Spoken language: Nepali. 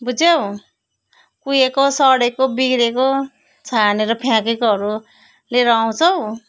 बुझ्यौ कुहिको सडेको बिग्रिएको छानेर फ्याँकेकोहरू लिएर आउँछौ